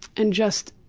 and just,